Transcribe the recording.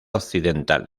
occidental